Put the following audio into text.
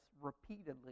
repeatedly